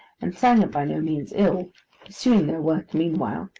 and sang it by no means ill pursuing their work meanwhile.